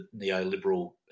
neoliberal